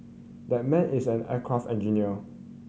that man is an aircraft engineer